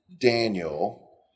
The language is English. Daniel